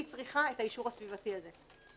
היא צריכה את האישור הסביבתי הזה.